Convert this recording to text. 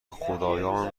خدایان